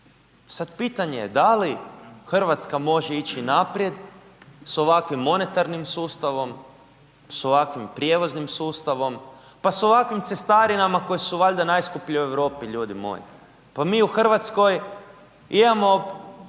sad pitanje je da li RH može ići naprijed s ovakvim monetarnim sustavom, s ovakvim prijevoznim sustavom, pa s ovakvim cestarinama koje su valjda najskuplje u Europi ljudi moji, pa mi u RH imamo